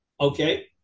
Okay